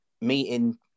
meeting